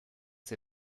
sei